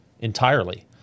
entirely